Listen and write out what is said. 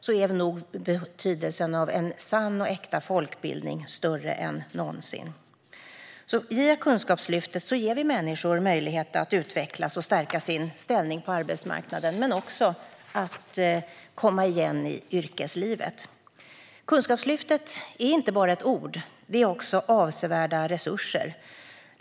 Då är betydelsen av en sann och äkta folkbildning större än någonsin. Via Kunskapslyftet ger vi människor möjlighet att utvecklas och stärka sin ställning på arbetsmarknaden, men också att komma igen i yrkeslivet. Kunskapslyftet är inte bara ett ord, utan det innebär också avsevärda resurser.